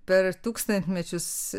per tūkstantmečius